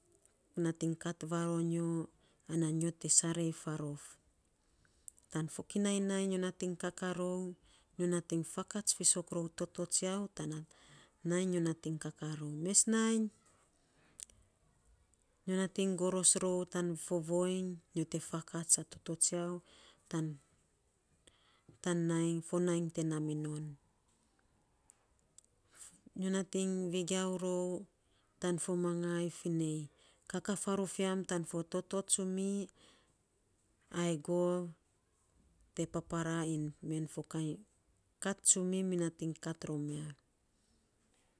Natiny kat varonyo, nyo te sarrei farof, tan fokinai nainy nyo natiny kakaa rou, nyo natiny kakaa rou. Mes nainy nyo natiny goros tan fo voiny, nyo te fakats a toto tsiau tan tan nainy fo nainy te naa minon. Nyo natiny vegiau rou tan fo mangai fi nei kakaa faarof yam tan fo toto tsumi, ai gov te paparaa iny men fo kat tsumi, mi natiny kat rom ya.